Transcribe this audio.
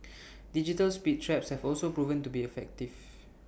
digital speed traps have also proven to be effective